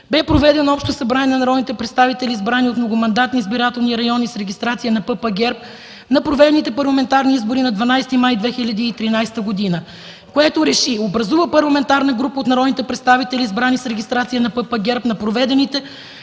бе проведено общо събрание на народните представители, избрани от многомандатни избирателни райони с регистрация на Политическа партия ГЕРБ на проведените парламентарни избори на 12 май 2013 г., което РЕШИ: 1. Образува парламентарна група от народните представители, избрани с регистрация на Политическа партия ГЕРБ на проведените на